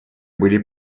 были